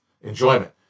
enjoyment